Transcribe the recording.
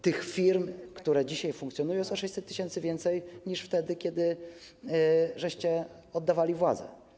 Tych firm, które dzisiaj funkcjonują, jest o 600 tys. więcej niż wtedy, kiedy oddawaliście władzę.